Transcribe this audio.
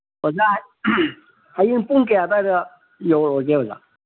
ꯑꯣ ꯍꯌꯦꯡ ꯄꯨꯡ ꯀꯌꯥ ꯑꯗ꯭ꯋꯥꯏꯗ ꯌꯧꯔꯛꯑꯣꯒꯦ ꯑꯣꯖꯥ